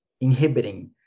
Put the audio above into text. inhibiting